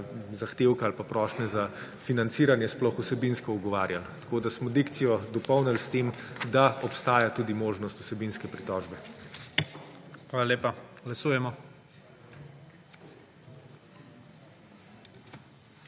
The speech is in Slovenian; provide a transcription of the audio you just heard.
zahtevka ali pa prošnje za financiranje sploh vsebinsko ugovarjali. Tako smo dikcijo dopolnili s tem, da obstaja tudi možnost vsebinske pritožbe. PREDSEDNIK IGOR